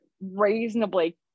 reasonably